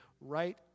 right